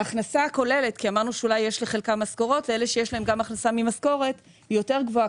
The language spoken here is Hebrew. ההכנסה הכוללת של אלה שיש להם גם הכנסה ממשכורת היא יותר גבוהה,